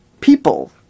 people